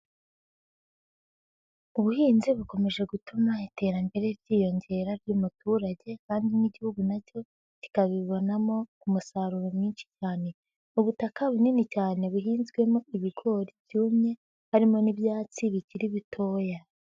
Ubuhinzi bukomeje gutuma iterambere ryiyongera ry'umuturage kandi n'Igihugu na cyo kikabibonamo umusaruro mwinshi cyane, ubutaka bunini cyane buhinzwemo ibigori byumye harimo n'ibyatsi bikiri bitoya.